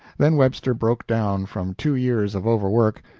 then webster broke down from two years of overwork,